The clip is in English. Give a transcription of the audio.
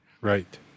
Right